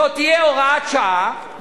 זאת תהיה הוראת שעה,